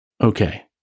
Okay